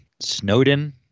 Snowden